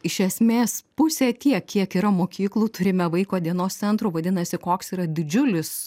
iš esmės pusė tiek kiek yra mokyklų turime vaiko dienos centrų vadinasi koks yra didžiulis